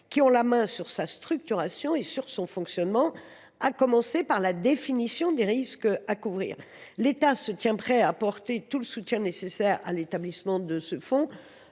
qui ont la main sur sa structuration et sur son fonctionnement, ainsi que sur la définition des risques à couvrir. L’État se tient prêt à apporter tout le soutien nécessaire à l’établissement de ce fonds.